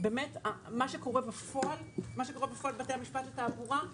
לגבי מה שקורה בפועל בבתי המשפט לתעבורה,